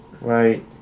right